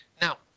Now